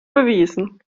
bewiesen